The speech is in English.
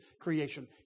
creation